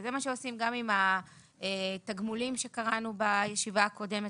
וזה מה שעושים גם עם התגמולים שקראנו בישיבה הקודמת